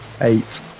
Eight